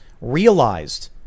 Realized